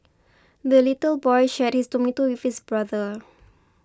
the little boy shared his tomato with his brother